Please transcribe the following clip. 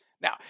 Now